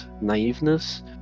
naiveness